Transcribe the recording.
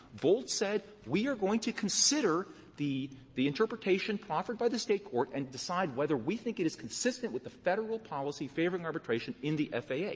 volt said we are going to consider the the interpretation proffered by the state court and decide whether we think it is consistent with the federal policy favoring arbitration in the faa. yeah